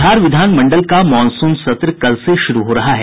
बिहार विधानमंडल का मॉनसून सत्र कल से शुरू हो रहा है